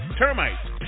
termites